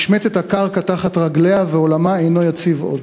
נשמטת הקרקע מתחת לרגליה ועולמה אינו יציב עוד,